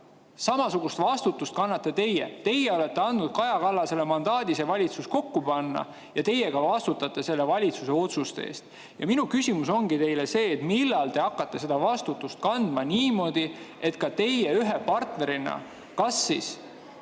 Samasugust vastutust kannate teie. Teie olete andnud Kaja Kallasele mandaadi see valitsus kokku panna ja ka teie vastutate selle valitsuse otsuste eest. Minu küsimus teile ongi see, millal te hakkate seda vastutust kandma niimoodi, et teie ühe partnerina kas